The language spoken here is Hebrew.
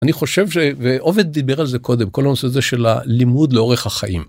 אני חושב ש... ועובד דיבר על זה קודם, כל הנושא הזה של הלימוד לאורך החיים.